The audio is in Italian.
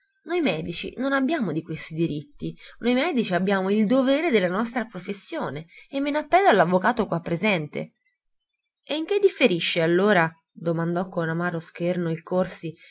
noi medici non abbiamo di questi diritti noi medici abbiamo il dovere della nostra professione e me n'appello all'avvocato qua presente e in che differisce allora domandò con amaro scherno il corsi